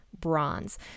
bronze